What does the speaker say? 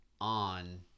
on